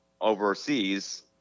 overseas